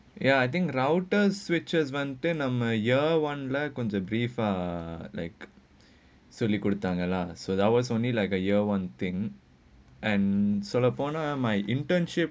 ya I think routers switches content are my year one brief ah like சொல்லி கொடுக்குறாங்கலா:solli kodukkuraangalaa lah so there was only like a year one thing and so upon lah my internship